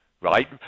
Right